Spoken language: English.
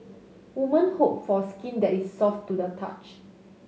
woman hope for skin that is soft to the touch